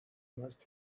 must